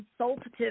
consultative